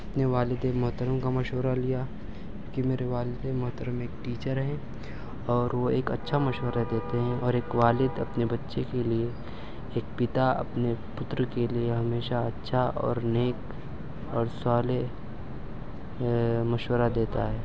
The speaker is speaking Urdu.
اپنے والد محترم کا مشورہ لیا کہ میرے والد محترم ایک ٹیچر ہیں اور وہ ایک اچھا مشورہ دیتے ہیں اور ایک والد اپنے بچے کے لیے ایک پتا اپنے پتر کے لیے ہمیشہ اچھا اور نیک اور صالح مشورہ دیتا ہے